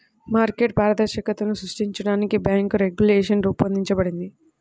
market పారదర్శకతను సృష్టించడానికి bank regulation రూపొందించబడింది